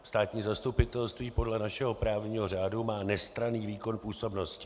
Státní zastupitelství podle našeho právního řádu má nestranný výkon působnosti.